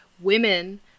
women